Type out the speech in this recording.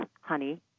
honey